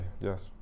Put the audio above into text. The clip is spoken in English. Yes